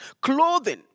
Clothing